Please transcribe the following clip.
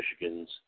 Michigan's